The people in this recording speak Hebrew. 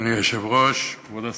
אדוני היושב-ראש, כבוד השרים,